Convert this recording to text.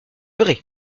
vrai